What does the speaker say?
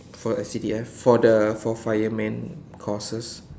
for S_C_D_F for the for fireman courses